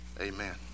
amen